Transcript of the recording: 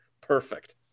Perfect